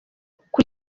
amerika